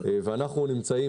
אנחנו נמצאים